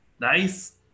nice